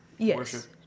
Yes